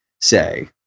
say